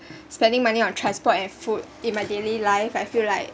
spending money on transport and food in my daily life I feel like